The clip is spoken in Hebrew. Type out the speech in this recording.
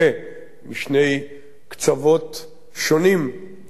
משני קצוות שונים של העניין,